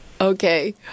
Okay